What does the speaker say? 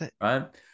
right